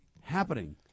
happening